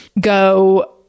go